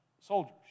soldiers